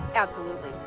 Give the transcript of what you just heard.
absolutely.